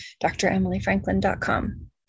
DrEmilyFranklin.com